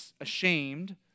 ashamed